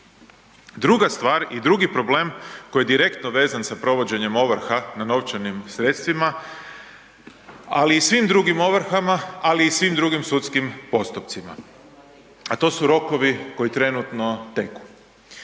Druga stvar i drugi problem koji je direktno vezan sa provođenjem ovrha na novčanim sredstvima, ali i svim drugim ovrhama, ali i svim drugim sudskim postupcima, a to su rokovi koji trenutno teku.